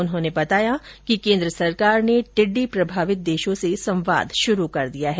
उन्होंने बताया कि केन्द्र सरकार ने टिड़डी प्रभावित देशों से संवाद शुरू कर दिया है